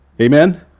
Amen